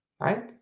right